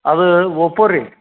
ಅದು ಒಪ್ಪೊ ರೀ